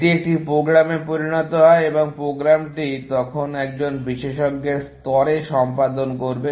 এটি একটি প্রোগ্রামে পরিণত হয় এবং প্রোগ্রামটি তখন একজন বিশেষজ্ঞের স্তরে সম্পাদন করবে